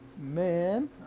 man